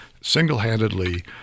single-handedly